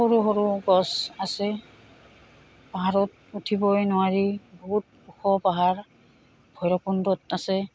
সৰু সৰু গছ আছে পাহাৰত উঠিবই নোৱাৰি বহুত ওখ পাহাৰ ভৈৰৱকুণ্ডত আছে